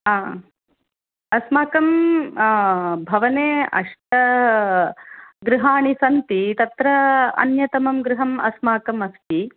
हा अस्माकं भवने अष्टगृहाणि सन्ति तत्र अन्यतमं गृहम् अस्माकम् अस्ति